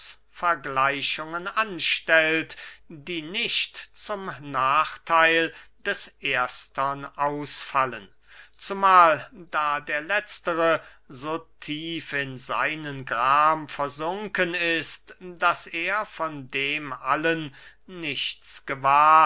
vergleichungen anstellt die nicht zum nachtheil des erstern ausfallen zumahl da der letztere so tief in seinem gram versunken ist daß er von dem allen nichts gewahr